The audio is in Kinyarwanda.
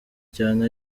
cyane